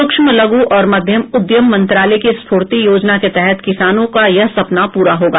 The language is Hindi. सूक्ष्म लघु और मध्यम उद्यम मंत्रालय की स्फूर्ति योजना के तहत किसानों का यह सपना प्रा होगा